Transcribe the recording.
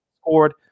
scored